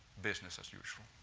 business as usual.